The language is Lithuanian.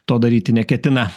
to daryti neketina